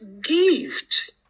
gift